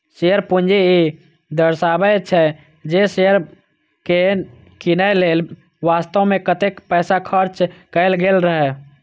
share पूंजी ई दर्शाबै छै, जे शेयर कें कीनय लेल वास्तव मे कतेक पैसा खर्च कैल गेल रहै